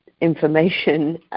information